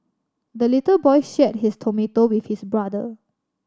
the little boy shared his tomato with his brother